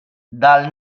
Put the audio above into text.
dal